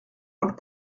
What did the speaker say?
und